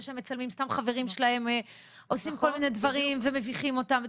שהם מצלמים סתם חברים שלהם עושים כל מיני דברים ומביכים אותם.